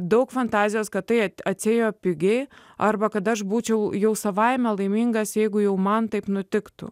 daug fantazijos kad tai atsiėjo pigiai arba kad aš būčiau jau savaime laimingas jeigu jau man taip nutiktų